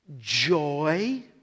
joy